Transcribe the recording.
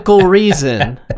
reason